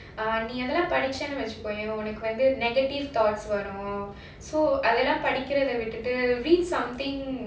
ah நீயெல்லாம் படிச்சேன்னு வெச்சுக்கோயே உனக்கு வந்து:neeyelaam padichaenu vechukoyae unakku vandhu negative thoughts வரும்:varum so அதெல்லாம் படிக்குறதே விட்டுட்டு:adhellaam padikurathae vitutu read something